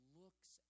looks